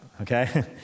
okay